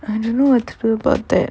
I didn't know what to feel about that